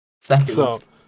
seconds